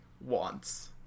wants